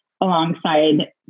alongside